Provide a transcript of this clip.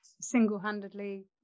single-handedly